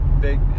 Big